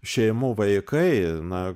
šeimų vaikai na